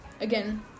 again